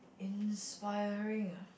inspiring ah